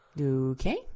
Okay